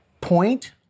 point